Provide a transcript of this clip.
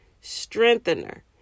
strengthener